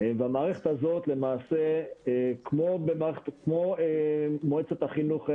והמערכת הזאת למעשה כמו מועצת החינוך לחמ"ד,